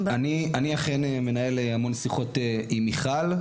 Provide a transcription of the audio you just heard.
אני אכן מנהל המון שיחות עם מיכל,